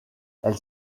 elle